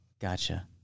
Gotcha